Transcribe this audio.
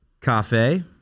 cafe